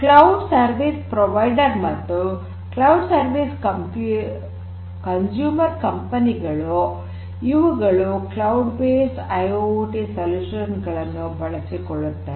cloud service provider ಮತ್ತು cloud service consumer ಗಳು ಕಂಪನಿಗಳು ಇವುಗಳು ಕ್ಲೌಡ್ ಬೇಸ್ಡ್ ಐಐಓಟಿ ಪರಿಹಾರಗಳನ್ನು ಬಳಸಿಕೊಳ್ಳುತ್ತವೆ